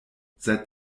seit